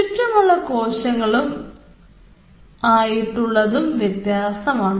ചുറ്റുമുള്ള കോശങ്ങളും ആയിട്ടുള്ളതും വ്യത്യസ്തമാണ്